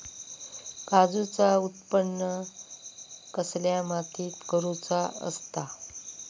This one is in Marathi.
काजूचा उत्त्पन कसल्या मातीत करुचा असता?